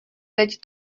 teď